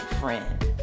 friend